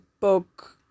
book